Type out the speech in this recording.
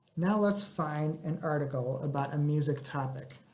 now let's find an article about a music topic.